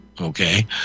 okay